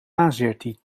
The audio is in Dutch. azerty